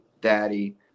daddy